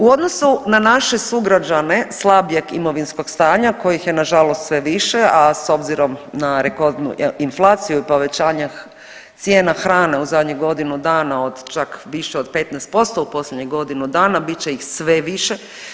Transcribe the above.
U odnosu na naše sugrađane slabijeg imovinskog stanja kojih je na žalost sve više, a s obzirom na rekordnu inflaciju i povećanje cijena hrane u zadnjih godinu dana od čak više od 15% u posljednjih godinu dana bit će ih sve više.